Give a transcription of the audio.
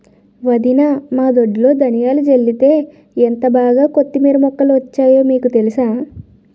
వదినా మా దొడ్లో ధనియాలు జల్లితే ఎంటబాగా కొత్తిమీర మొక్కలు వచ్చాయో మీకు తెలుసా?